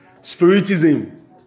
spiritism